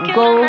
go